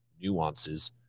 nuances